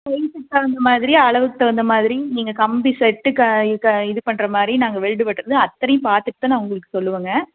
சைஸுக்கு தகுந்த மாதிரி அளவுக்கு தகுந்த மாதிரி நீங்கள் கம்பி செட்டு க க இது பண்ணுற மாதிரி நாங்கள் வெல்டு வெட்டுவது அத்தனையும் பார்த்துட்டுதான் நான் உங்களுக்கு சொல்லுவேங்க